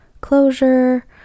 closure